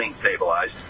stabilized